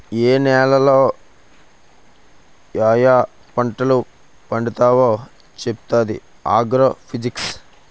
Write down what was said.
ఏ నేలలో యాయా పంటలు పండుతావో చెప్పుతాది ఆగ్రో ఫిజిక్స్